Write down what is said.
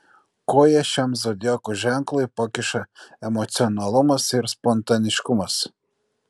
koją šiam zodiako ženklui pakiša emocionalumas ir spontaniškumas